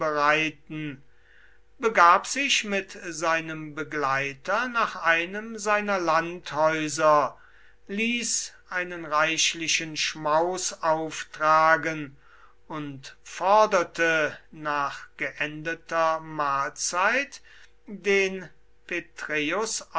bereiten begab sich mit seinem begleiter nach einem seiner landhäuser ließ einen reichlichen schmaus auftragen und forderte nach geendeter mahlzeit den petreius